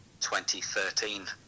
2013